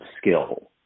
skill